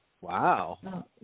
Wow